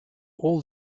all